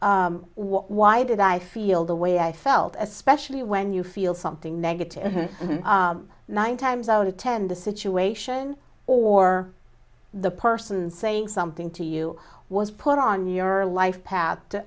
ok why did i feel the way i felt especially when you feel something negative nine times out of ten the situation or the person saying something to you was put on your life path to